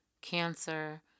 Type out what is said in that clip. cancer